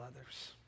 others